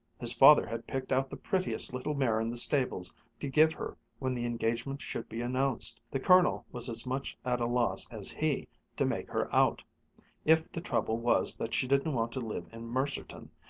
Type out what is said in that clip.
his father had picked out the prettiest little mare in the stables to give her when the engagement should be announced the colonel was as much at a loss as he to make her out if the trouble was that she didn't want to live in mercerton,